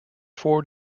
four